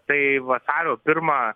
tai vasario pirmą